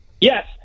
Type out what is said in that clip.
Yes